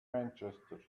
manchester